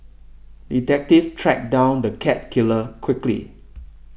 detective tracked down the cat killer quickly